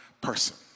person